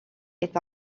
est